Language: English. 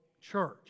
church